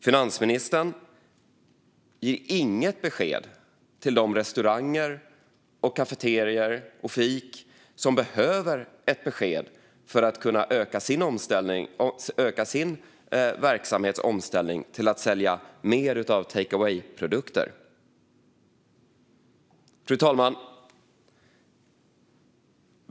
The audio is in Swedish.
Finansministern ger inget besked till de restauranger, kafeterior och fik som behöver ett besked för att kunna öka sin verksamhets omställning till att sälja mer av takeaway-produkter. Fru talman!